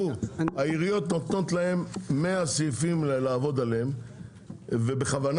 העיריות נותנות להם 100 סעיפים לעבוד עליהם ובכוונה.